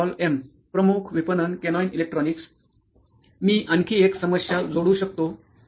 Shyam Paul M प्रमुख विपणन केनोईंन इलेक्ट्रॉनीक्स मी आणखी एक समस्या जोडू शकतो